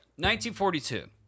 1942